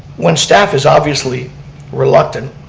when staff is obviously reluctant,